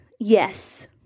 Yes